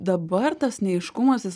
dabar tas neaiškumas jis